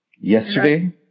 yesterday